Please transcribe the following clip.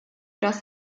das